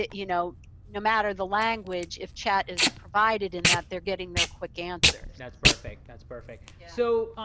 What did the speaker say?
you know no matter the language, if chat is provided in that, they're getting their quick answers. that's perfect. that's perfect. so